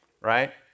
right